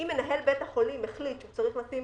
אם מנהל בית החולים יחליט שצריך לשים